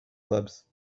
clubs